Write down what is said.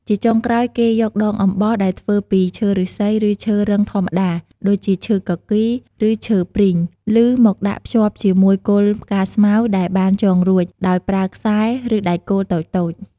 ជាចុងក្រោយ គេយកដងអំបោសដែលធ្វើពីឈើឫស្សី ឬឈើរឹងធម្មតា ដូចជាឈើគគីរ ឬឈើព្រីងឮ មកដាក់ភ្ជាប់ជាមួយគល់ផ្កាស្មៅដែលបានចងរួច ដោយប្រើខ្សែ ឬដែកគោលតូចៗ។